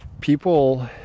people